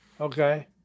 okay